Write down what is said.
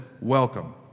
welcome